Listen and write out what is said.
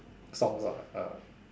song lah ah